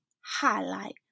highlight